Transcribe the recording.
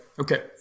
Okay